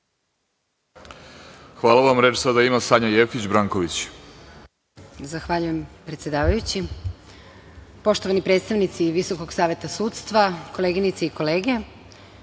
Branković. Izvolite. **Sanja Jefić Branković** Zahvaljujem, predsedavajući. Poštovani predstavnici Visokog saveta sudstva, koleginice i kolege,